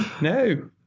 No